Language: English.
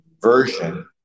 version